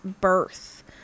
birth